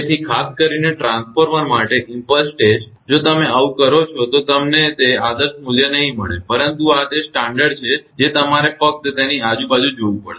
તેથી ખાસ કરીને ટ્રાન્સફોર્મર માટે ઇમ્પલ્સ ટેસ્ટ જો તમે આવું કરો છો તો તમને તે આદર્શ મૂલ્ય નહીં મળે પરંતુ આ તે સ્ટાંડર્ડ છે જે તમારે ફક્ત તેની આજુબાજુ જોવું પડશે